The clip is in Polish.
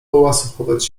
połasuchować